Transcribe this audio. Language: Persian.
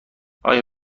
آیا